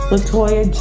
Latoya